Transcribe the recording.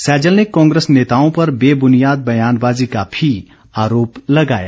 सैजल ने कांग्रेस नेताओं पर बेबुनियाद बयानबाजी का भी आरोप लगाया